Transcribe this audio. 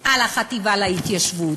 על החטיבה להתיישבות,